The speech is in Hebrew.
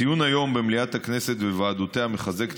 ציון היום במליאת הכנסת ובוועדותיה מחזק את